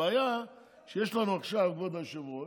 הבעיה שיש לנו עכשיו, כבוד היושב-ראש,